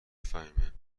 فهیمهمگه